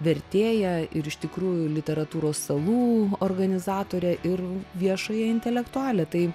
vertėją ir iš tikrųjų literatūros salų organizatorę ir viešąją intelektualią tai